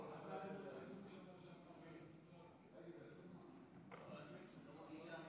שלוש